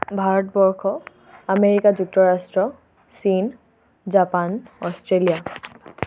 Bharatvarsha America যুক্তৰাষ্ট্ৰ চীন Japan Australia